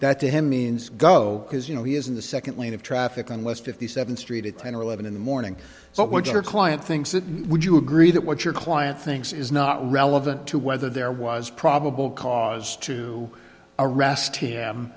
that to him means go because you know he is in the second lane of traffic on west fifty seventh street at ten or eleven in the morning so what your client thinks that would you agree that what your client thinks is not relevant to whether there was probable cause to arrest him